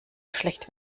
schlecht